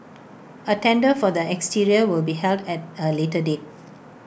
A tender for the exterior will be held at A later date